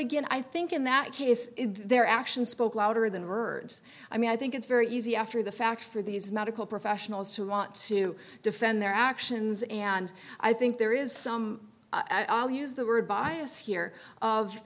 again i think in that case their actions spoke louder than words i mean i think it's very easy after the fact for these medical professionals to want to defend their actions and i think there is some i'll use the word bias here